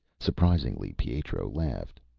surprisingly, pietro laughed.